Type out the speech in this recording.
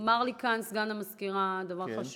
אמר לי כאן סגן המזכירה דבר חשוב.